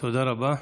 תודה רבה.